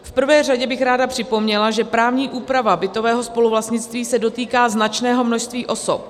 V prvé řadě bych ráda připomněla, že právní úprava bytového spoluvlastnictví se dotýká značného množství osob.